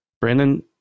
Brandon